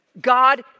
God